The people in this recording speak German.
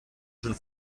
schon